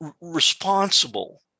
responsible